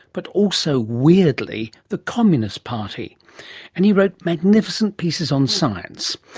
but also, weirdly, the communist party and he wrote magnificent pieces on sciences.